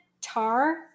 tar